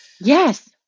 Yes